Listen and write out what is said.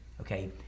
okay